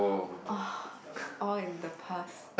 oh it's all in the past